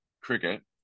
cricket